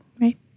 right